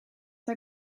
hij